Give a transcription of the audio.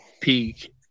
peak